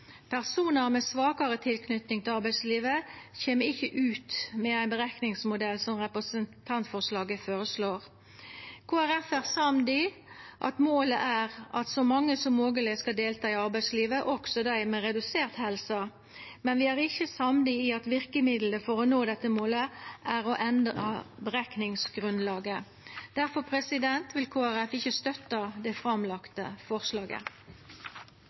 Personar med svakare tilknyting til arbeidslivet kjem ikkje spesielt godt ut med ein slik berekningsmodell som den som representantforslaget inneheld. Kristeleg Folkeparti er samd i at målet er at så mange som mogleg skal delta i arbeidslivet, også dei med redusert helse, men vi er ikkje samde i at verkemiddelet for å nå dette målet er å endra berekningsgrunnlaget. Difor vil ikkje